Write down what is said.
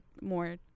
more